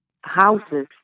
houses